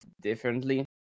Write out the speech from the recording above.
differently